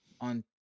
on